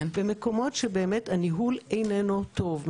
במקומות שבהם הניהול אינו טוב,